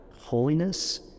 holiness